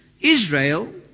Israel